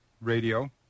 radio